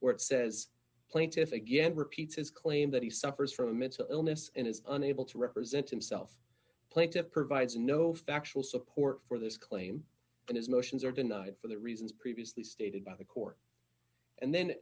where it says plaintiff again repeats his claim that he suffers from a mental illness and is unable to represent himself plenty of provides no factual support for this claim and his motions are denied for the reasons previously stated by the court and then